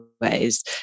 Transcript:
ways